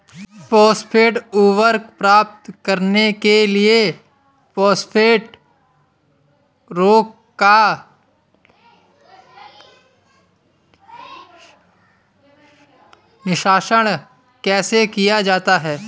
Phosphate उर्वरक प्राप्त करने के लिए फॉस्फेट रॉक का निष्कर्षण कैसे किया जाता है?